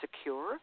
secure